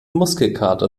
muskelkater